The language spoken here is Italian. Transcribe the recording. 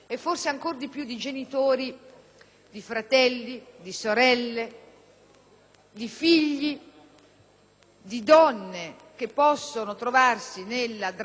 di donne che possono trovarsi nella drammatica situazione di subire una violenza spesso inaudita.